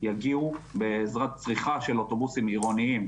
יגיעו בעזרת צריכה של אוטובוסים עירוניים